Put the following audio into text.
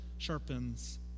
sharpens